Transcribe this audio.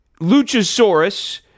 Luchasaurus